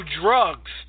drugs